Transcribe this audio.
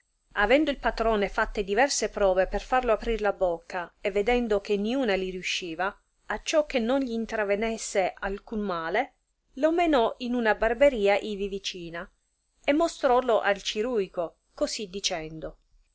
avendo il patrone fatte diverse prove per farlo aprir la bocca e vedendo che niuna li riusciva acciò che non gli intravenesse alcun male lo menò in una barberia ivi vicina e mostrollo al ciruico così dicendo